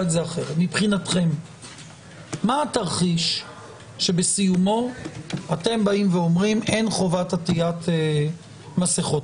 מבחינתכם מה התרחיש שבסיומו אתם באים ואומרים שאין חובת עטיית מסכות?